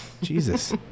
Jesus